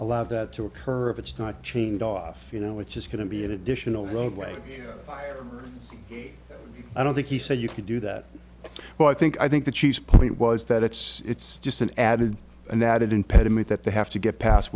allow that to occur if it's not chained off you know which is going to be an additional roadway fire i don't think he said you could do that well i think i think the chief point was that it's it's just an added an added impediment that they have to get past